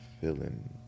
feeling